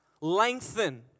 Lengthen